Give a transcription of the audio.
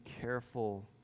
careful